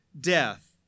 death